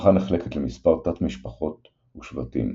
המשפחה נחלקת למספר תת-משפחות ושבטים,